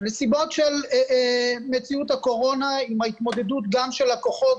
נסיבות של מציאות הקורונה עם ההתמודדות של הכוחות,